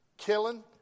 Killing